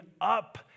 up